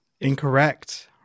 Incorrect